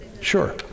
Sure